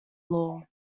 law